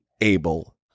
able